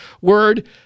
word